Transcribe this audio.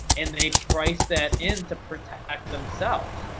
and they price that in to protect themselves.